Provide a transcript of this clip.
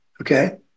Okay